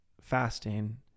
fasting